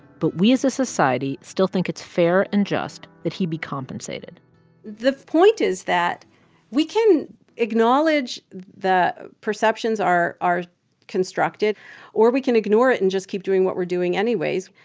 but we as a society still think it's fair and just that he be compensated the point is that we can acknowledge the perceptions are are constructed or we can ignore it and just keep doing what we're doing anyways.